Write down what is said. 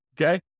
Okay